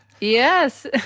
Yes